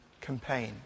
campaign